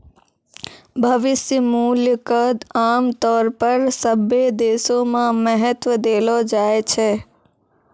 भविष्य मूल्य क आमतौर पर सभ्भे देशो म महत्व देलो जाय छै